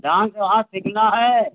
dance वहाँ सीखना है